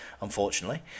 unfortunately